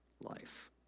life